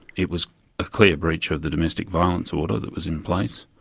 it was a clear breach of the domestic violence order that was in place.